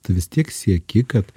tu vis tiek sieki kad